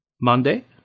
Monday